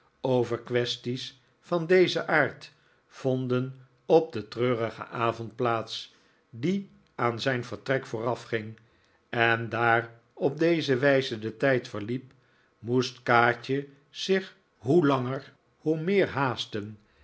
over kwesties van dezen aard vonden op den treurigen avond plaats die aan zijn vertrek voorafging en daar op deze wijze de tijd verliep moest kaatje zich hoe langer hoe meer haasten